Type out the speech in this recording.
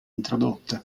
introdotta